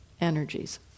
energies